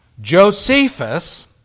Josephus